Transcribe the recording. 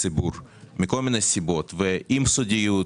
לציבור מכל מיני סיבות עם סודיות,